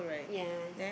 yea